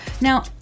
Now